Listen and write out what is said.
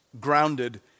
grounded